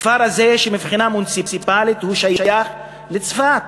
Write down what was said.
הכפר הזה מבחינה מוניציפלית שייך לצפת,